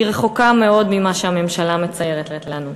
היא רחוקה מאוד ממה שהממשלה מציירת לנו.